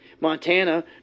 Montana